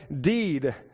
deed